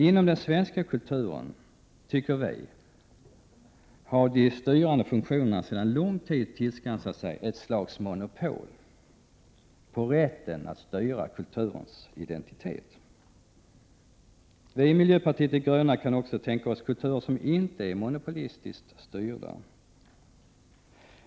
Inom den svenska kulturen, tycker vi, har de styrande funktionerna sedan lång tid tillbaka tillskansat sig ett slags monopol på rätten att styra kulturens identitet. Vi i miljöpartiet de gröna kan också tänka oss kulturen, som icke är monopolistiskt styrda.